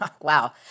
Wow